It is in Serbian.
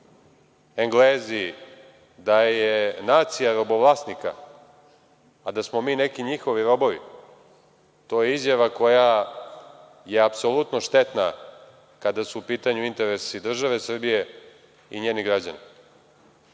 Englezi, da je nacija robovlasnika, a da smo mi njihovi robovi, to je izjava koja je apsolutno štetna kada su u pitanju interesi države Srbije i njenih građana.A